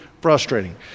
frustrating